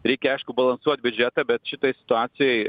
reikia aišku balansuot biudžetą bet šitoj situacijoj